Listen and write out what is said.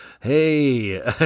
hey